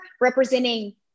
representing